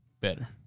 better